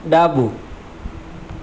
ડાબું